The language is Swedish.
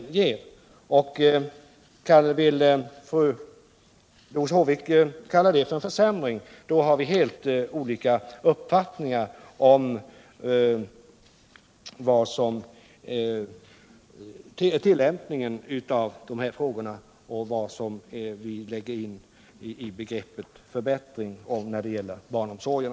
Vill Doris Håvik kalla det för en försämring, då har vi helt olika uppfattningar om tillämpningen av reglerna liksom om vad vi lägger in i begreppet förbättring resp. försämring när det gäller barnomsorgen.